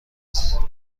سمی